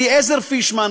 אליעזר פישמן,